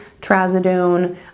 trazodone